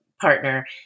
partner